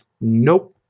nope